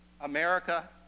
America